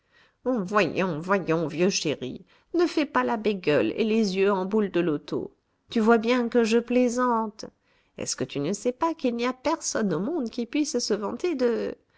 voyons voyons vieux chéri ne fais pas la bégueule et les yeux en boule de loto tu vois bien que je plaisante est-ce que tu ne sais pas qu'il n'y a personne au monde qui puisse se vanter de